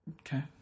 Okay